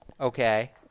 Okay